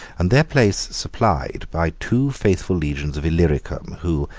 and their place supplied by two faithful legions of illyricum, who,